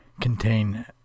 contain